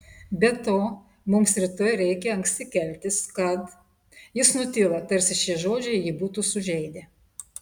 be to mums rytoj reikia anksti keltis kad jis nutilo tarsi šie žodžiai jį būtų sužeidę